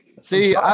See